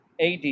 AD